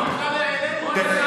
אנחנו בכלל העלינו,